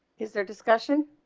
is there discussion